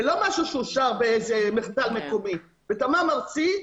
זה לא משהו שאושר באיזה מחדל מקומי אלא בתמ"מ ארצי,